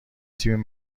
تیم